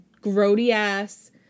grody-ass